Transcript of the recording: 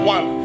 One